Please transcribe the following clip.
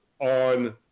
on